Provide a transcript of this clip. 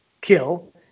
kill